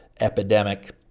epidemic